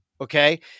Okay